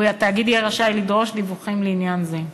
והתאגיד יהיה רשאי לדרוש דיווחים לעניין זה.